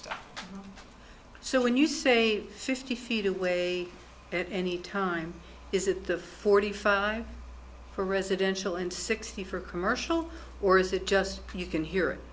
stuff so when you say fifty feet away a bit any time is it the forty five for residential and sixty for commercial or is it just you can hear it